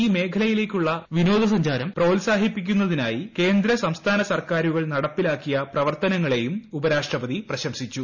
ഈ മേഖലയിലേക്കുള്ള വിനോദസഞ്ചാരം പ്രോ്സ്ാഹിപ്പിക്കുന്നതിനായി കേന്ദ്ര സംസ്ഥാന സർക്കാരുകൾ നടപ്പിലാക്കിയ പ്രവർത്തനങ്ങളെയും ഉപരാഷ്ട്രപതി പ്രശംസിച്ചു